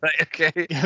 okay